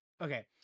Okay